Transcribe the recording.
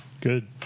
good